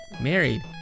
married